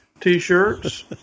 T-shirts